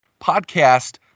podcast